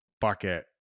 bucket